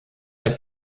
der